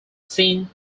sin